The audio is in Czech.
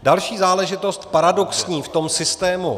Další záležitost, paradoxní, v tom systému.